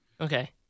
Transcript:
Okay